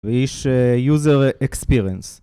ויש יוזר אקספריאנס